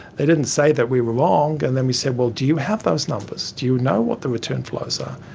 they didn't say that we were wrong. and then we said, well, do you have those numbers, do you know what the return flows are?